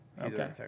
Okay